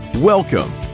Welcome